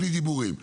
בלי דיבורים.